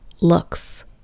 looks